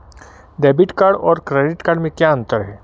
Debit card और credit card में क्या अंतर है?